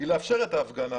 לאפשר את ההפגנה